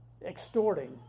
extorting